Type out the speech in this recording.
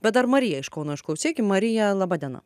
bet dar mariją iš kauno išklausykim marija laba diena